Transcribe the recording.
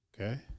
Okay